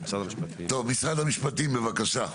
טוב, משרד המשפטים, בבקשה.